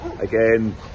Again